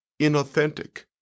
inauthentic